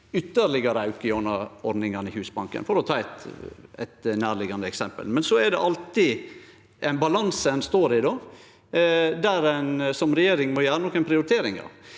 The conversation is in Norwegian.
gjennom ordningane i Husbanken, for å ta eit nærliggjande eksempel. Det er alltid ein balanse ein står i, der ein som regjering må gjere nokre prioriteringar,